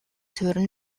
суурь